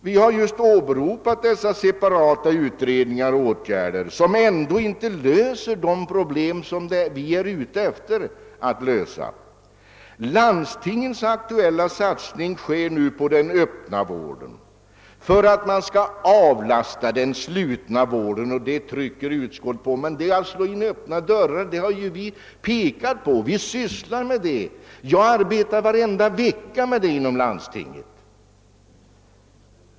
Vi har åberopat dessa separata utredningar och åtgärder som ändå inte kan lösa de problem vi önskar klara. Landstingens aktuella satsning tar sikte på den öppna vården för att avlasta den slutna. Utskottet understryker detta, men det är att slå in öppna dörrar. Även i motionen framhålles detta, och varenda vecka arbetar jag själv med sådana uppgifter inom landstinget.